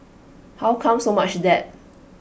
how come so much debt